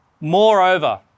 Moreover